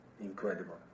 Incredible